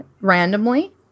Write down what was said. randomly